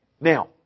Now